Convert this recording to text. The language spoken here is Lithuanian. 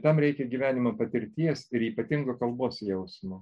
tam reikia gyvenimo patirties ir ypatingo kalbos jausmo